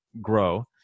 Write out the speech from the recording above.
grow